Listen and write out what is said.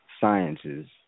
sciences